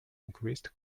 increased